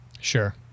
Sure